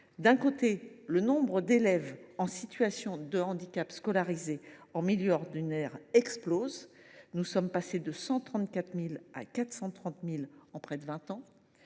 D’un côté, le nombre d’élèves en situation de handicap scolarisés en milieu ordinaire explose – il est passé de 134 000 à 430 000 en près de vingt ans.